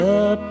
up